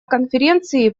конференции